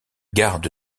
garde